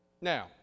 Now